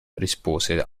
rispose